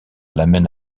l’amène